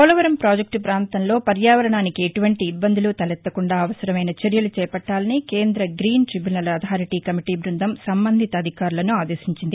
పోలవరం ప్రాజక్య ప్రాంతంలో పర్యావరణానికి ఎటువంటి ఇబ్బందులు తల ఎత్తకుండా అవసరమైన చర్యలు చేపట్టాలని కేంద్ర గ్రీన్ ట్రిబ్యునల్ అథారటీ కమిటీ బృందం సంబంధిత అధికారులను ఆదేశించింది